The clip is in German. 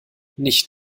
nicht